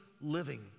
living